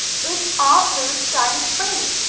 it's aunt lu's diamond ring.